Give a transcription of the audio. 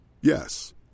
Yes